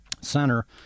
center